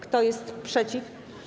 Kto jest przeciw?